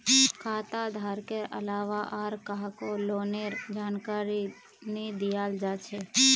खाता धारकेर अलावा आर काहको लोनेर जानकारी नी दियाल जा छे